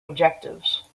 objectives